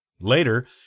Later